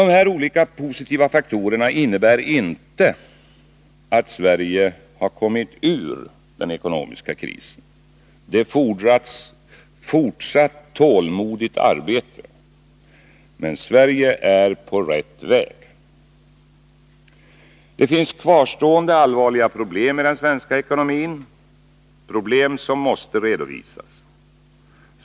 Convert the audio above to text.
Dessa olika positiva faktorer innebär inte att Sverige kommit ur den ekonomiska krisen. Det fordras fortsatt tålmodigt arbete. Men Sverige är på rätt väg. Det finns kvarstående allvarliga problem i den svenska ekonomin, problem som måste redovisas.